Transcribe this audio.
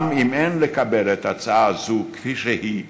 גם אם אין לקבל את ההצעה הזאת כפי שהיא ובמלואה,